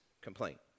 complaint